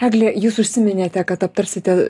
egle jūs užsiminėte kad aptarsite